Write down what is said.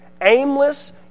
aimless